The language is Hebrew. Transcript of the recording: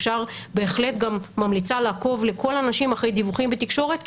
אני בהחלט גם ממליצה לכל האנשים לעקוב אחרי דיווחים בתקשורת,